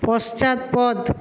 পশ্চাৎপদ